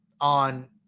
on